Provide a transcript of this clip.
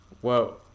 whoa